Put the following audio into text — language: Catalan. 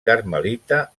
carmelita